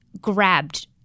grabbed